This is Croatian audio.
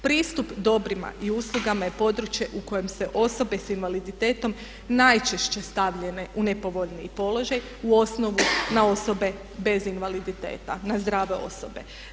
Pristup dobrima i uslugama je područje u kojem se osobe s invaliditetom najčešće stavljene u nepovoljniji položaj u osnovu na osobe bez invaliditeta, na zdrave osobe.